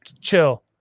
chill